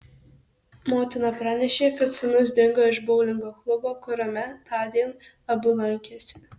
motina pranešė kad sūnus dingo iš boulingo klubo kuriame tądien abu lankėsi